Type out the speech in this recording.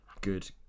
good